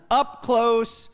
up-close